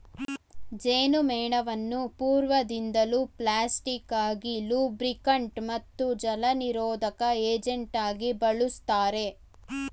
ಜೇನುಮೇಣವನ್ನು ಪೂರ್ವದಿಂದಲೂ ಪ್ಲಾಸ್ಟಿಕ್ ಆಗಿ ಲೂಬ್ರಿಕಂಟ್ ಮತ್ತು ಜಲನಿರೋಧಕ ಏಜೆಂಟಾಗಿ ಬಳುಸ್ತಾರೆ